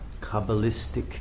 Kabbalistic